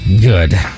good